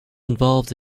involved